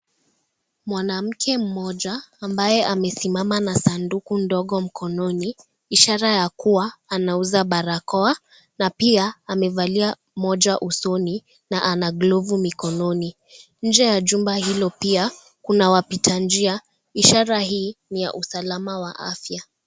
Mwanamke mmoja ambaye amesimama na sanduku ndogo mkononi ishara ya kuwa anauza barakoa na amevalia moja usoni na amevalia glavu mkononi, nje ya jumba hicho kina wapita njia Ishara huu ni ya usalama wa afya.